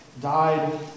died